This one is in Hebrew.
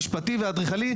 המשפטי והאדריכלי,